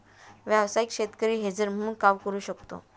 व्यावसायिक शेतकरी हेजर म्हणून काम करू शकतो